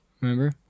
Remember